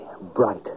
bright